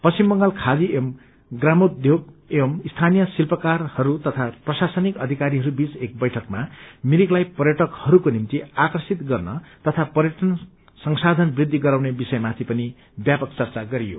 पश्चिम बंगाल खादी एवं प्रामोबोग एवं स्थानीय शिल्पकारहरू तथा प्रशासनिक अधिकारीहरू बीच एक बैठकमा भिरिकलाई पर्यटकहरूका निम्ति आकर्षित गराउन तथा पर्यटन संशाधन वृद्धि गराउने विषयमाथि पनि व्यापक चर्चा गरियो